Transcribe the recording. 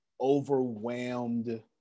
overwhelmed